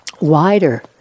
wider